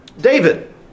David